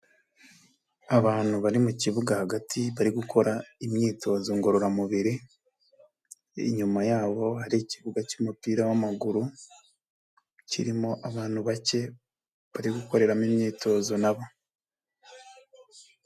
Abantu bari mu kibuga hagati bari gukora imyitozo ngororamubiri, inyuma yabo hari ikibuga cy'umupira w'amaguru kirimo abantu bake bari gukoreramo imyitozo nabo.